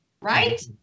right